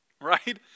right